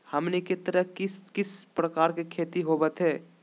हमनी के तरफ किस किस प्रकार के खेती होवत है?